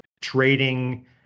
trading